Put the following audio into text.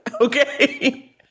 Okay